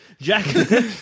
Jack